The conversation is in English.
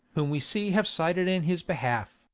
whom we see have sided in his behalf.